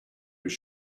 was